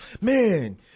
Man